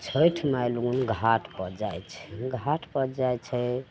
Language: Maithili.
छैठ माय लगन घाटपर जाइ छै घाटपर जाइ छै